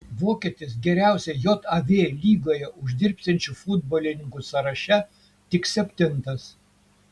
vokietis geriausiai jav lygoje uždirbsiančių futbolininkų sąraše tik septintas